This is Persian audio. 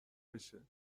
بشه